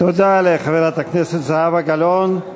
תודה לחברת הכנסת זהבה גלאון.